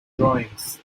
drawings